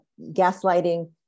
gaslighting